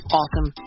awesome